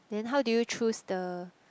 then how do you choose the